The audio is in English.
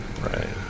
Right